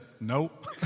nope